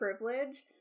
privilege